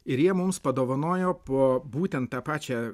ir jie mums padovanojo po būtent tą pačią